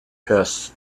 pests